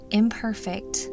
imperfect